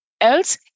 Else